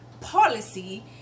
policy